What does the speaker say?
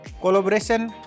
Collaboration